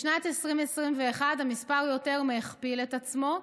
בשנת 2021 המספר יותר מהכפיל את עצמו: